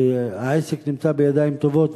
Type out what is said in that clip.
העסק נמצא בידיים טובות.